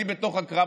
אני בתוך הקרב,